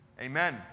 amen